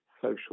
social